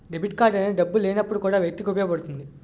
debit card అనేది డబ్బులు లేనప్పుడు కూడా వ్యక్తికి ఉపయోగపడుతుంది